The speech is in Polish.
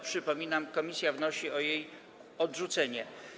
Przypominam, że komisja wnosi o jej odrzucenie.